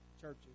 churches